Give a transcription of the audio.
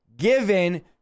given